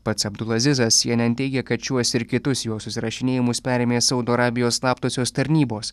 pats abdul azizas cnn teigė kad šiuos ir kitus jo susirašinėjimus perėmė saudo arabijos slaptosios tarnybos